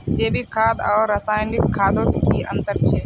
जैविक खाद आर रासायनिक खादोत की अंतर छे?